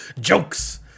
Jokes